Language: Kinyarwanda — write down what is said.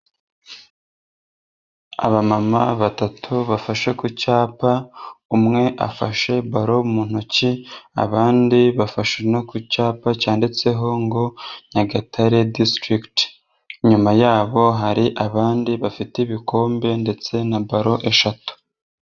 Abamama batatu bafashe ku cyapa, umwe afashe balo mu ntoki, abandi bafasha ku no cyapa, cyanditseho ngo Nyagatare disitirikti, inyuma yabo hari abandi bafite ibikombe ndetse na ballon eshatu.